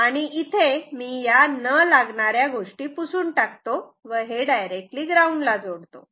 आणि इथे मी लागणाऱ्या गोष्टी पुसून टाकतो व हे डायरेक्टली ग्राऊंडला जोडतो